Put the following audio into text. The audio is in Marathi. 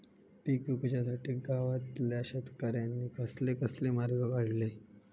पीक विकुच्यासाठी गावातल्या शेतकऱ्यांनी कसले कसले मार्ग काढले?